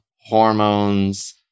hormones